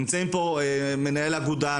נמצאים פה מנהל אגודה,